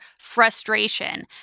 frustration